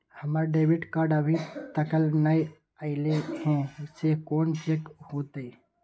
हमर debit card अभी तकल नय अयले हैं, से कोन चेक होतै?